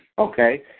Okay